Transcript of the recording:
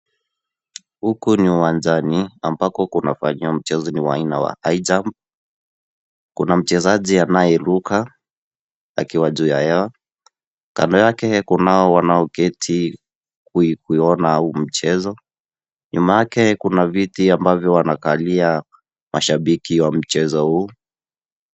Huku ni uwanjani ambako kunafanyiwa mchezo ni wa aina wa highjump, kuna mchezaji anayeruka akiwa juu ya hewa, kando yake kunao wanaoketi kuiona huu mchezo, nyuma yake kuna viti ambavyo wanakalia mashabiki wa mchezo huu.